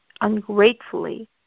ungratefully